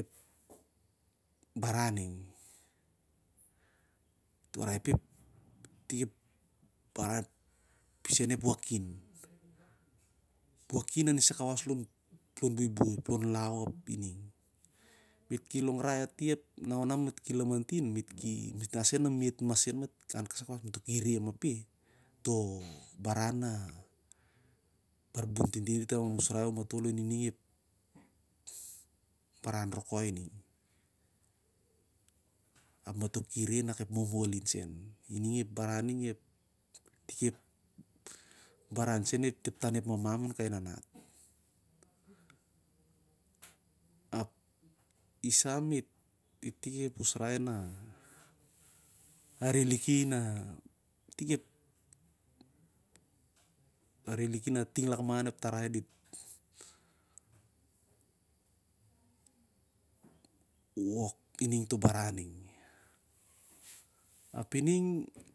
Ep baran ning, dit warai peh ep risen ep wakin. Ep wakin a disai kawas an lon buibui an long lau. Me't ki longrai ati ap na ona me't masen me't ki re ati. Ep baran na kai tutubum me't dit ki tikai usrai arim matol ap me't ki re ma. Momolinsen iding ep karan ning, irere mamam on kai nanat. Ap isa iding ep ursai na a reliki na ting lakman ep tarai dit wo liki ning toh baran ning. Apining na misana